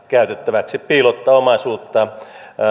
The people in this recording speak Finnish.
käytettäväksi hallintarekisterimahdollisuus piilottaa omaisuutta